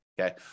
okay